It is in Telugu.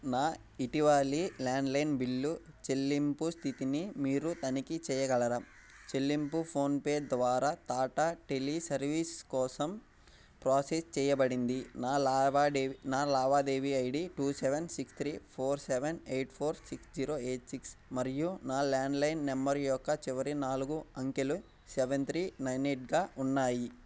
నా ఇటీవలి ల్యాండ్లైన్ బిల్లు చెల్లింపు స్థితిని మీరు తనిఖీ చేయగలరా చెల్లింపు ఫోన్పే ద్వారా టాటా టెలి సర్వీసెస్ కోసం ప్రాసెస్ చేయబడింది నా లావాదేవీ ID two seven six three four seven eight four six zero eight six మరియు నా ల్యాండ్లైన్ నంబర్ యొక్క చివరి నాలుగు అంకెలు సెవెన్ త్రీ నైన్ ఎయిట్గా ఉన్నాయి